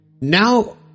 now